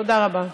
תודה רבה.